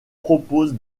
propose